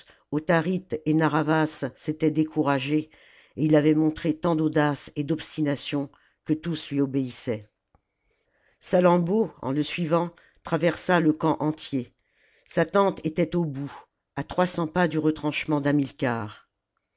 autharite et narr'havas s'étaient découragés et ii avait montré tant d'audace et d'obstination que tous lui obéissaient salammbô en le suivant traversa le camp entier sa tente était au bout à trois cents pas du retranchement d'hamilcar